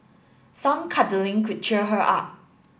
some cuddling could cheer her up